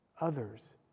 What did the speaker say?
others